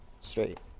straight